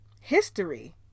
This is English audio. history